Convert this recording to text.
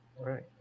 Right